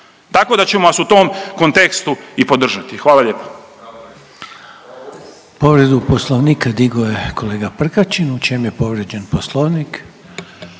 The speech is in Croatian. Tako da ćemo vas u tom kontekstu i podržati, hvala lijepo.